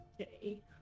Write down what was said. Okay